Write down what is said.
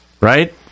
Right